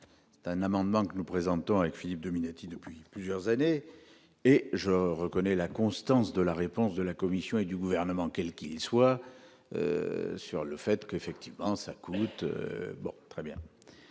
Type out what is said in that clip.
un amendement que nous présentons avec Philippe Dominati depuis plusieurs années et je reconnais la constance de la réponse de la Commission et du gouvernement quel qu'il soit sur le fait que, effectivement, ça coûte très bien,